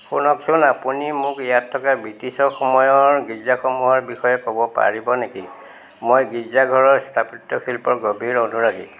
শুনকচোন আপুনি মোক ইয়াত থকা বৃটিছৰ সময়ৰ গীৰ্জাসমূহৰ বিষয়ে ক'ব পাৰিব নেকি মই গীৰ্জাঘৰৰ স্থাপত্য শিল্পৰ গভীৰ অনুৰাগী